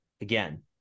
again